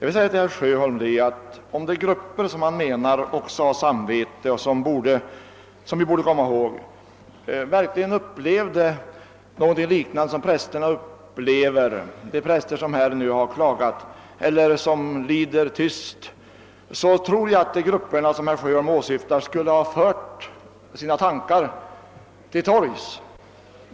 Herr talman! Om de grupper som Kerr Sjöholm menar också har ett samvete och som vi borde komma ihåg i detta sammanhang verkligen upplevde någonting liknande det som de präster upplever som har klagat eller som lider i tysthet, tror jag att de skulle ha fört sina tankar till torgs.